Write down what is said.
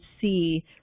see